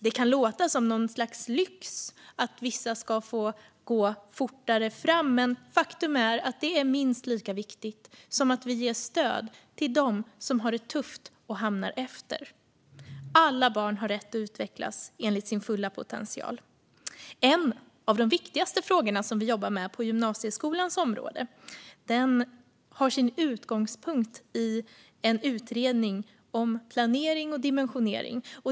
Det kan låta som något slags lyx att vissa ska få gå fortare fram, men faktum är att det är minst lika viktigt som att vi ger stöd åt dem som har det tufft och hamnar efter. Alla barn har rätt att utvecklas enligt sin fulla potential. En av de viktigaste frågor vi jobbar med på gymnasieskolans område har sin utgångspunkt i en utredning om planering och dimensionering.